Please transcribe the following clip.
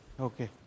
Okay